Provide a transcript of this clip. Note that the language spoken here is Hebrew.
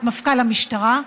את מפכ"ל המשטרה.